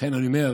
לכן אני אומר,